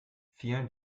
vielen